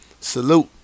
Salute